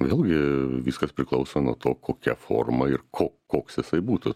vėlgi viskas priklauso nuo to kokia forma ir ko koks jisai būtų